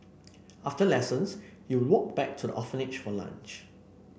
after lessons he walk back to the orphanage for lunch